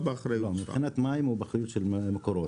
מבחינת מים, הוא באחריות של מקורות.